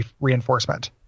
reinforcement